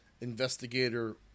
investigator